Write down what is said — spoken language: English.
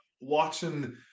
Watching